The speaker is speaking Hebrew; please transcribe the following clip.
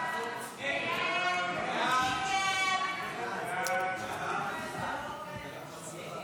ההצעה להעביר את הצעת חוק הגז הפחמימני המעובה (תיקון מס' 2),